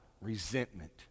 resentment